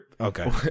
Okay